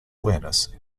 awareness